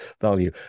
value